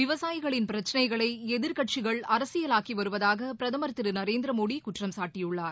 விவசாயிகளின் பிரச்சினைகளை எதிர்க்கட்சிகள் அரசியலாக்கி வருவதாக பிரதமர் திரு நரேந்திர மோடி குற்றம் சாட்டியுள்ளார்